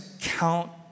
count